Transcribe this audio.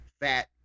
fat